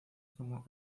como